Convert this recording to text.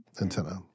antenna